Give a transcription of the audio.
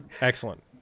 Excellent